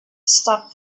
stop